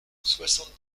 soixante